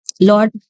Lord